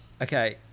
Okay